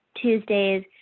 Tuesdays